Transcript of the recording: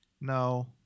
No